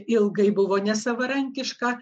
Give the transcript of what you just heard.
ilgai buvo nesavarankiška